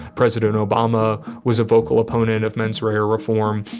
president obama was a vocal opponent of menswear reform.